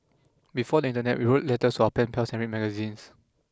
before the Internet we wrote letters to our pen pals and read magazines